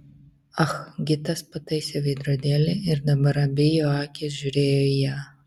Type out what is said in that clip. ah gitas pataisė veidrodėlį ir dabar abi jo akys žiūrėjo į ją